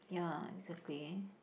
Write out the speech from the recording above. ya exactly